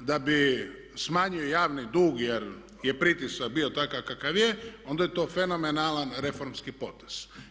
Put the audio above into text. da bi smanjio javni dug jer je pritisak bio takav kakav je onda je to fenomenalan reformski potez.